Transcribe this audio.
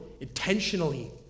intentionally